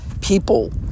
people